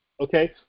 Okay